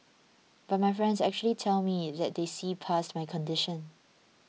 but my friends actually tell me that they see past my condition